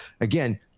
again